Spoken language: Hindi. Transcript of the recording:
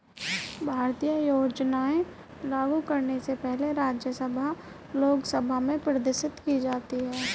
भारतीय योजनाएं लागू करने से पहले राज्यसभा लोकसभा में प्रदर्शित की जाती है